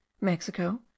Mexico